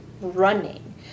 running